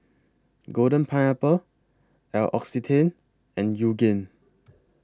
Golden Pineapple L'Occitane and Yoogane